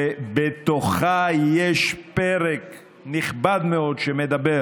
שבתוכה יש פרק נכבד מאוד שמדבר